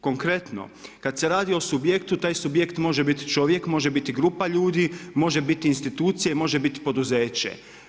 Konkretno, kad se radi o subjektu taj subjekt može biti čovjek, može biti grupa ljudi, može biti institucija i može biti poduzeće.